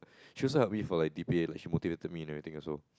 she also help me for like debate she motivated me and everything also